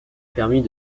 permis